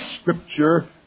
scripture